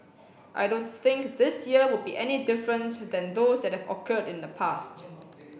I don't think this year will be any different than those that have occurred in the past